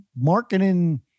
marketing